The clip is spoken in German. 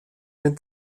den